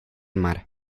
mar